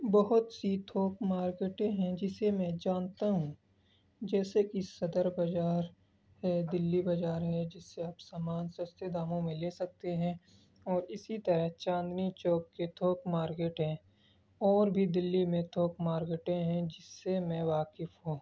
بہت سی تھوک مارکیٹیں ہیں جسے میں جانتا ہوں جیسے کہ صدر بازار ہے دہلی بازار ہے جس سے آپ سامان سستے داموں میں لے سکتے ہیں اور اسی طرح چاندنی چوک کے تھوک مارکیٹ ہیں اور بھی دہلی میں تھوک مارکیٹیں ہیں جس سے میں واقف ہوں